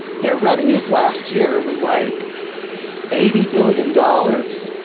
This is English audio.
their revenues last year were like eighty billion dollars.